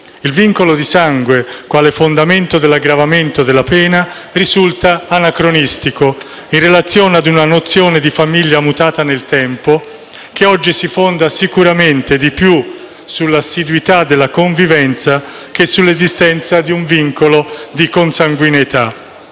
Il vincolo di sangue, quale fondamento dell'aggravamento della pena, risulta anacronistico in relazione a una nozione di famiglia mutata nel tempo, che oggi si fonda sicuramente più sull'assiduità della convivenza, che non sull'esistenza di un vincolo di consanguineità.